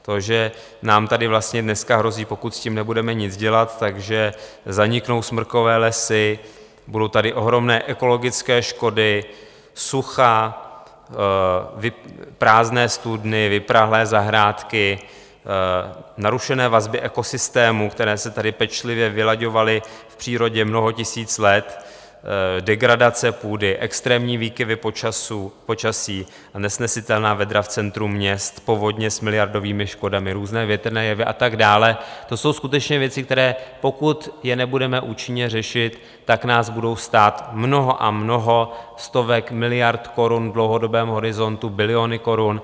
To, že nám tady vlastně dneska hrozí, pokud s tím nebudeme nic dělat, že zaniknou smrkové lesy, budou tady ohromné ekologické škody, sucha, prázdné studny, vyprahlé zahrádky, narušené vazby ekosystému, které se tady pečlivě vylaďovaly v přírodě mnoho tisíc let, degradace půdy, extrémní výkyvy počasí a nesnesitelná vedra v centru měst, povodně s miliardovými škodami, různé větrné jevy a tak dále, to jsou skutečně věci, které pokud nebudeme účinně řešit, tak nás budou stát mnoho a mnoho stovek miliard korun, v dlouhodobém horizontu biliony korun.